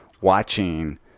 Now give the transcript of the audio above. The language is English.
watching